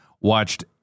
watched